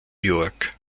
york